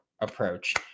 approach